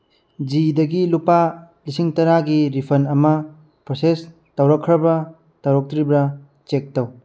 ꯖꯤꯗꯒꯤ ꯂꯨꯄꯥ ꯂꯤꯁꯤꯡ ꯇꯔꯥꯒꯤ ꯔꯤꯐꯟ ꯑꯃ ꯄ꯭ꯔꯣꯁꯦꯁ ꯇꯧꯔꯛꯈ꯭ꯔꯕ ꯇꯧꯔꯛꯇ꯭ꯔꯤꯕ꯭ꯔꯥ ꯆꯦꯛ ꯇꯧ